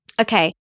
Okay